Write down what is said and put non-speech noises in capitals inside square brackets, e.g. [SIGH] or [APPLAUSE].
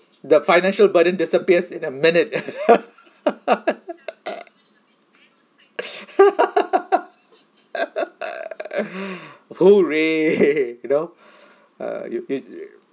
the financial burden disappears in a minute [LAUGHS] hooray you know uh you did the